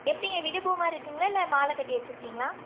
எப்படிங்க விடு பூ மாதிரி இருக்குங்களா இல்லை மாலை கட்டி வச்சிருக்கிங்களா